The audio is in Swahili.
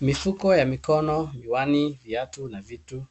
Mifuko ya mikono, miwani, viatu an vitu